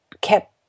kept